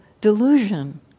delusion